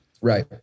right